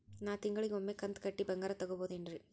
ನಾ ತಿಂಗಳಿಗ ಒಮ್ಮೆ ಕಂತ ಕಟ್ಟಿ ಬಂಗಾರ ತಗೋಬಹುದೇನ್ರಿ?